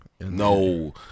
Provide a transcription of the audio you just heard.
No